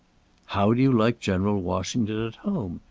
how do you like general washington at home?